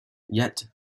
yet